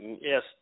Yes